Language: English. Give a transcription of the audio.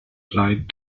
applied